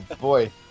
boy